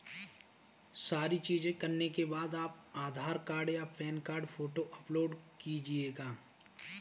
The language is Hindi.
सारी चीजें करने के बाद आप आधार कार्ड या पैन कार्ड फोटो अपलोड कीजिएगा